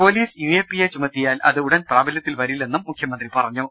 police U A P A ചുമത്തിയാൽ അത് ഉടൻ പ്രാബല്യത്തിൽ വരി ല്ലെന്നും മുഖ്യമന്ത്രി പറഞ്ഞു